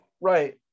Right